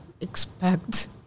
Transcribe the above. expect